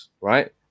right